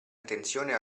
attenzione